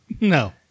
No